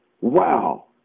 Wow